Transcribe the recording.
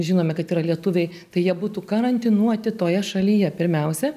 žinome kad yra lietuviai tai jie būtų karantinuoti toje šalyje pirmiausia